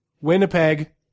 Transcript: Winnipeg